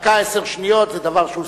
דקה ועשר שניות זה דבר שהוא סביר.